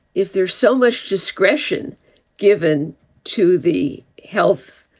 if there's so much discretion given to the health